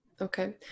Okay